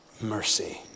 mercy